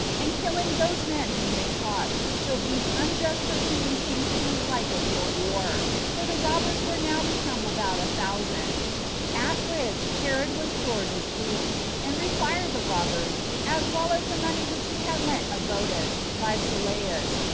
and killing those men whom they caught, till these unjust proceedings came to be like a real war, for the robbers were now become about a thousand at which herod was sore displeased, and required the robbers, as well as the money which he had lent obodas, by sylleus,